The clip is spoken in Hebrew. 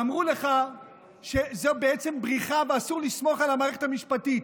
אמרו לך שזו בעצם בריחה ואסור לסמוך על המערכת המשפטית.